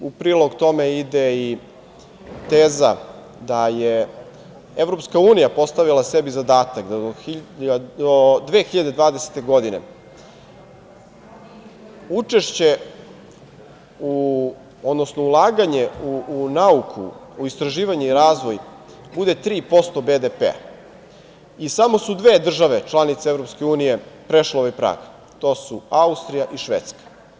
U prilog tome ide i teza da je EU postavila sebi zadatak da do 2020. godine ulaganje u nauku, istraživanje i razvoj bude 3% BDP-a i samo su dve države članice EU prešle ovaj prag, to su Austrija i Švedska.